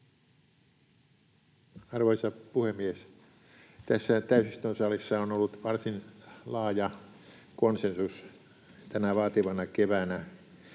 Arvoisa puhemies! Tässä täysistuntosalissa on ollut varsin laaja konsensus tänä vaativana keväänä